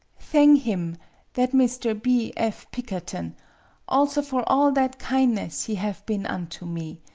thang him that mr. b. f. pikkerton also for all that kineness he have been unto me.